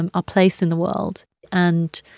and ah place in the world and,